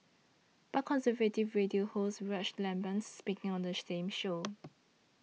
but conservative radio host Rush Limbaugh speaking on the same show